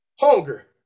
hunger